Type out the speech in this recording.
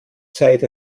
zeit